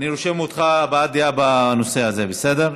אני רושם אותך להבעת דעה בנושא הזה, בסדר?